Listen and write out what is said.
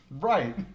Right